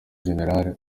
gen